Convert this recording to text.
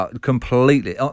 completely